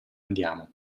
andiamo